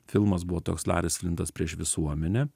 filmas buvo toks laris flintas prieš visuomenę